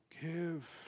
give